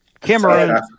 Cameroon